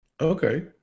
Okay